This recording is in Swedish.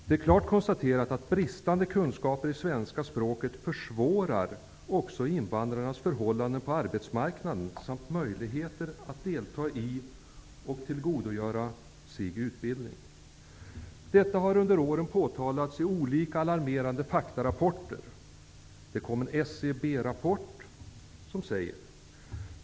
Det är klart konstaterat att bristande kunskaper i svenska språket försvårar också invandrarnas förhållanden på arbetsmarknaden samt deras möjligheter att delta i utbildning och att tillgodogöra sig den. Detta har under åren påtalats i olika alarmerande faktarapporter. Det har bl.a. kommit en SCB rapport.